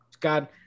God